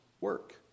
work